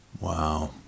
Wow